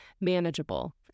manageable